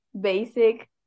basic